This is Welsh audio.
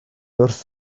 wrth